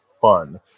fun